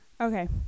Okay